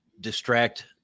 distract